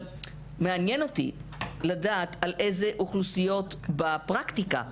מעניין אותי לדעת על איזה אוכלוסיות זה מוחל בפרקטיקה.